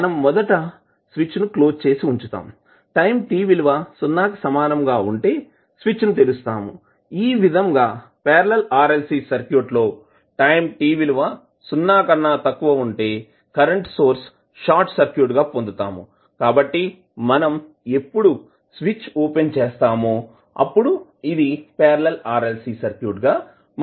మనం మొదట స్విచ్ను క్లోజ్ చేసి ఉంచుతాం టైం t విలువ 0 కి సమానం గా ఉంటే స్విచ్ను తెరుస్తున్నాముఈ విధంగా పార్లల్ RLC సర్క్యూట్ లో టైం t విలువ సున్నా కన్నా తక్కువ ఉంటే కరెంటు సోర్స్ షార్ట్ సర్క్యూట్ గా పొందుతాము కాబట్టి మనం ఎప్పుడు స్విచ్ ఓపెన్ చేస్తామో అప్పుడు ఇది పార్లల్ RLC సర్క్యూట్గా మారుతుంది